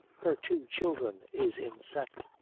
her two children is inset.